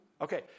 Okay